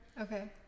Okay